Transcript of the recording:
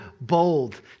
bold